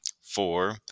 Four